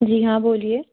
जी हाँ बोलिए